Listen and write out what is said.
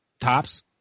tops